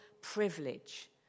privilege